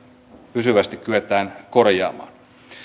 pysyvästi kyetään korjaamaan